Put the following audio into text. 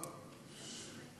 אני צוחקת.